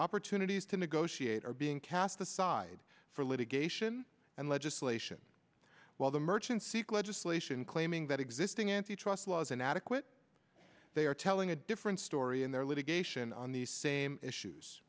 opportunities to negotiate are being cast aside for litigation and legislation while the merchants seek legislation claiming that existing antitrust laws inadequate they are telling a different story in their litigation on the same issues